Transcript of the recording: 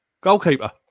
goalkeeper